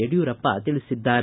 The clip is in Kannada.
ಯಡಿಯೂರಪ್ಪ ತಿಳಿಸಿದ್ದಾರೆ